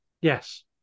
yes